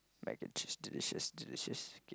mac and cheese delicious delicious kay